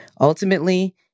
Ultimately